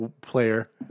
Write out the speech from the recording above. Player